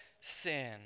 sin